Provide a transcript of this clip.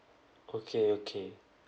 okay okay